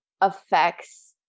affects